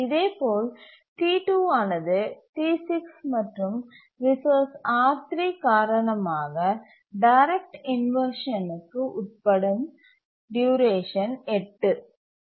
இதேபோல் T2 ஆனது T6 மற்றும் ரிசோர்ஸ் R3 காரணமாக டைரக்ட் இன்வர்ஷன்க்கு உட்படும் டுயூரேஷன் 8